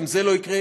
אם זה לא יקרה,